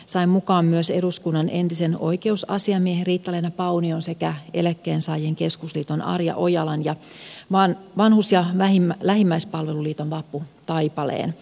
sain mukaan myös eduskunnan entisen oikeusasiamiehen riitta leena paunion sekä eläkkeensaajien keskusliiton arja ojalan ja vanhus ja lähimmäispalvelun liiton vappu taipaleen